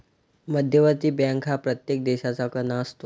मध्यवर्ती बँक हा प्रत्येक देशाचा कणा असतो